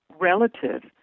relative